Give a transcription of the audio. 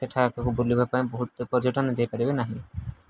ସେଠାକୁ ବୁଲିବା ପାଇଁ ବହୁତ ପର୍ଯ୍ୟଟନ ଯାଇପାରିବେ ନାହିଁ